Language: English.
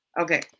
Okay